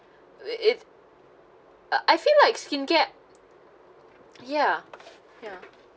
it it uh I feel like skincare ya ya